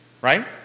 right